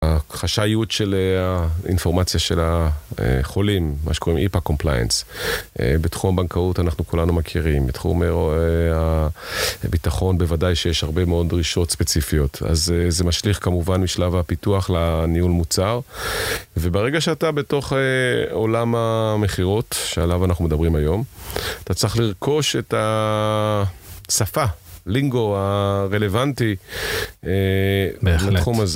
החשאיות של האינפורמציה של החולים, מה שקוראים EIPA Compliance, בתחום בנקאות אנחנו כולנו מכירים, בתחום הביטחון בוודאי שיש הרבה מאוד דרישות ספציפיות, אז זה זה משליך כמובן משלב הפיתוח לניהול מוצר, וברגע שאתה בתוך עולם המכירות שעליו אנחנו מדברים היום, אתה צריך לרכוש את השפה, לינגו הרלוונטי בתחום הזה.